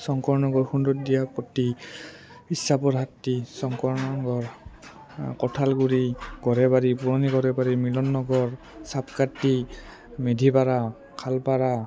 Shankar Nagar Sundaridiyapatti Ichhabarhati Shankar Nagar Kathalguri Garebari Puroni Garebari Milan Nagar Chapkati Medhipara Khalpara